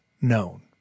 known